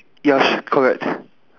ya sh~ correct